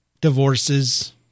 divorces